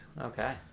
Okay